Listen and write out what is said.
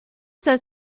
that